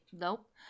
nope